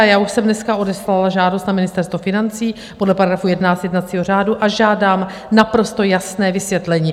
Já už jsem dneska odeslala žádost na Ministerstvo financí podle § 11 jednacího řádu a žádám naprosto jasné vysvětlení.